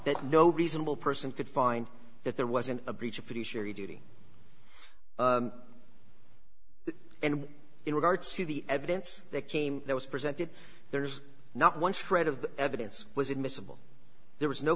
that no reasonable person could find that there wasn't a breach a pretty scary duty and in regard to the evidence that came there was presented there's not one shred of evidence was admissible there was no